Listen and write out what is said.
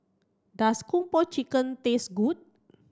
does Kung Po Chicken taste good